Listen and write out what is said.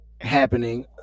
happening